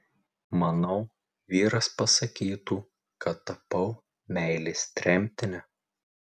mano vyras pasakytų kad tapau meilės tremtine